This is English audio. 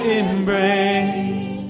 embrace